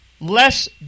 less